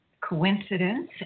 coincidence